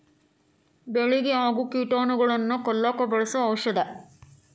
ಬೆಳಿಗೆ ಆಗು ಕೇಟಾನುಗಳನ್ನ ಕೊಲ್ಲಾಕ ಬಳಸು ಔಷದ